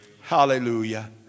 Hallelujah